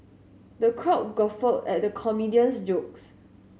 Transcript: the crowd guffawed at the comedian's jokes